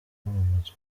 kwamamaza